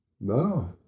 No